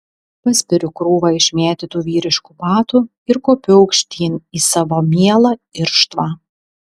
paspiriu krūvą išmėtytų vyriškų batų ir kopiu aukštyn į savo mielą irštvą